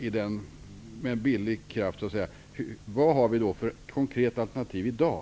Vad finns det för konkreta alternativ i dag?